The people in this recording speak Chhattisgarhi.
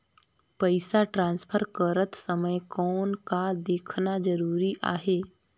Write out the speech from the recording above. पइसा ट्रांसफर करत समय कौन का देखना ज़रूरी आहे?